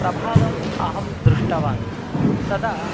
प्रभावम् अहं दृष्टवान् तदा